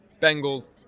Bengals